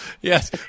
Yes